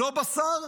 לא בשר,